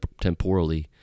temporally